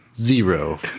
Zero